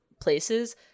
places